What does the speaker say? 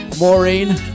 Maureen